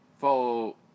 follow